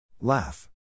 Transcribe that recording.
Laugh